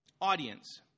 audience